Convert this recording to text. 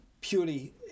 purely